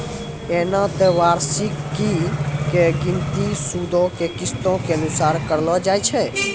एना त वार्षिकी के गिनती सूदो के किस्तो के अनुसार करलो जाय छै